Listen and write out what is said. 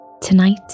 Tonight